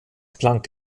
planck